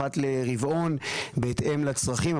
אחת לרבעון בהתאם לצרכים,